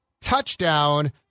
touchdown